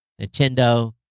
Nintendo